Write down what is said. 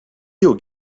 you